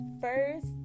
first